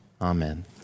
amen